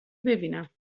ببینم